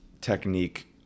technique –